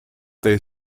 they